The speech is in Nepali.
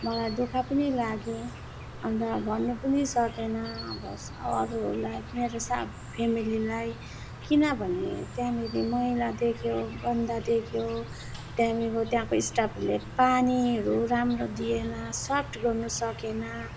मलाई दुःख पनि लाग्यो अन्त भन्नु पनि सकिनँ अब अरूहरूलाई मेरो सा फ्यामिलीलाई किनभने त्यहाँनेरि मैला देख्यो गन्दा देख्यो त्यहाँदेखिको त्यहाँको स्टाफहरूले पानीहरू राम्रो दिएन सर्भ गर्नु सकेन